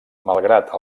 malgrat